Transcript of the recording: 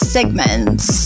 Segments